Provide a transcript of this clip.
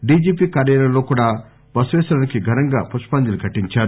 DGP కార్యాలయంలో కూడా బసవేశ్వరునికి ఘనంగా పుష్పాంజలి ఘటించారు